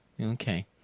Okay